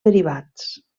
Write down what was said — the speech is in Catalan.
derivats